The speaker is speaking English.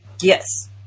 Yes